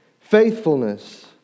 faithfulness